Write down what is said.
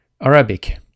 Arabic